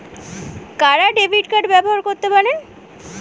কারা debit card ব্যবহার করতে পারেন?